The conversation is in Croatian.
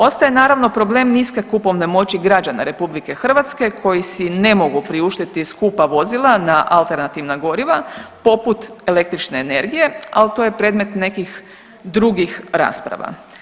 Ostaje naravno problem niske kupovne moći građana Republike Hrvatske koji si ne mogu priuštiti skupa vozila na alternativna goriva poput električne energije, ali to je predmet nekih drugih rasprava.